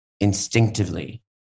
instinctively